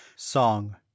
Song